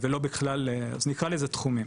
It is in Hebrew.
לפיקדון, אז נקרא לזה תחומים.